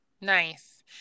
Nice